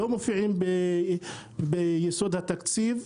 לא מופיעים בבסיס התקציב.